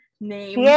name